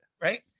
right